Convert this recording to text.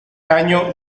año